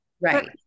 right